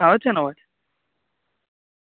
આવે છે ને અવાજ